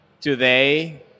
today